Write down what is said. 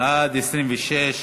בעד, 26,